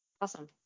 Awesome